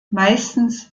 meistens